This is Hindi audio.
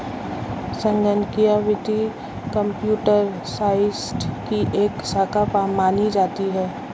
संगणकीय वित्त कम्प्यूटर साइंस की एक शाखा मानी जाती है